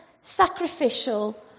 sacrificial